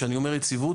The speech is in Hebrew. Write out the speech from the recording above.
כשאני אומר יציבות,